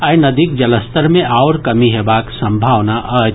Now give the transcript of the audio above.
आइ नदीक जलस्तर मे आओर कमी हेबाक संभावना अछि